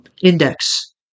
index